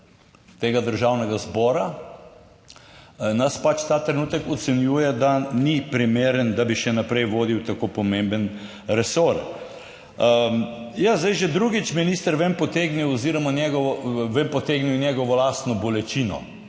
tega Državnega zbora nas pač ta trenutek ocenjuje, da ni primeren, da bi še naprej vodil tako pomemben resor. Ja, zdaj že drugič, minister, ven potegnil oziroma njegovo, ven potegnil njegovo lastno bolečino,